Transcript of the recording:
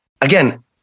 Again